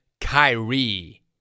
Kyrie